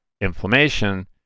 inflammation